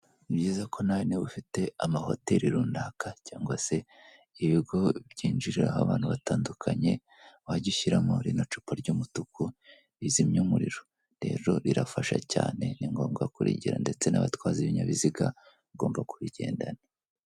Ni byiza ko nawe ufite amahoteli runaka cyangwa se ibigo byinjiriraho, ahantu batandukanye, wajya ushyiramo rino cupa ry'umutuku rizimya umuriro, rero rirafasha cyane ni ngombwa kurigira, ndetse n'abatwazi b'ibinyabiziga bagomba kurigendana.